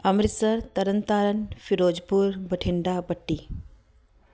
Amritsar Tarn Taran Firozpur Bathinda Patti